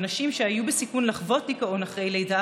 ונשים שהיו בסיכון לחוות דיכאון אחרי לידה